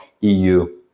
EU